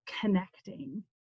connecting